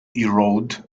erode